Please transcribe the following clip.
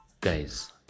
Guys